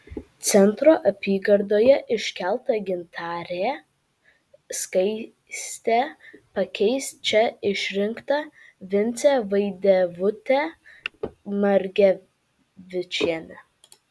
centro apygardoje iškelta gintarė skaistė pakeis čia išrinktą vincę vaidevutę margevičienę